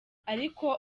ariko